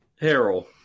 Harold